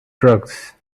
drugs